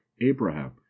abraham